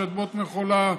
שדמות מחולה,